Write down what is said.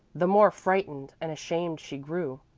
the more frightened and ashamed she grew.